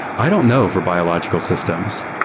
i don't know for biological systems.